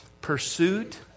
Pursuit